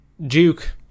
Duke